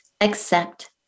accept